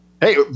Hey